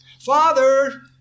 Father